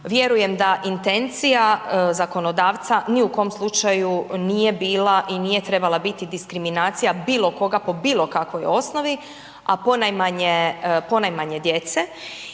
Vjerujem da intencija zakonodavca ni u kom slučaju nije bila i nije trebala biti diskriminacija bilo koga po bilo kakvoj osnovi a ponajmanje djece.